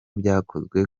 byakozwe